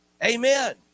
Amen